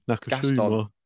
Gaston